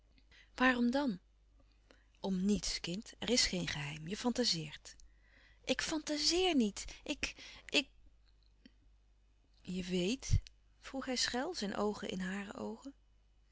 waarom dan om niets kind er is geen geheim je fantazeert ik fantazeer niet ik ik je weet vroeg hij schel zijn oogen in hare oogen